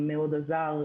זה מאוד עזר.